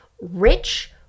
rich